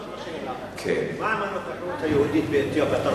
מה עם הנוכחות היהודית באתיופיה?